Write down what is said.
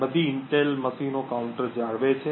બધી ઇન્ટેલ મશીનો કાઉન્ટર જાળવે છે